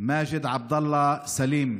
מאג'ד עבדאללה סלים,